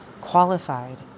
Qualified